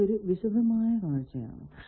ഇത് ഒരു വിശദമായ കാഴ്ച്ച ആണ്